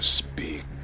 speak